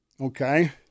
okay